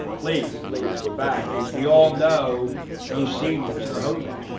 please, please, go back because we all know those seniors and are home bound,